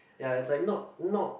ya it's like not not